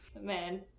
Man